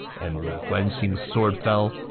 and where guan xing's sword fell,